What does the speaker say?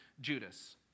Judas